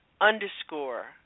underscore